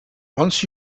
once